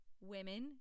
women